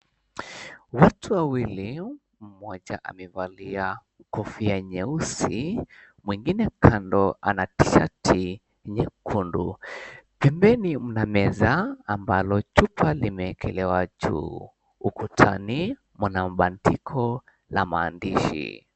Watu wawili mmoja amevalia kofia nyeusi, mwingine kando ana shati nyekundu pembeni mna meza ambalo chupa limeekelewa juu ukutani mna mbandiko la maandishi.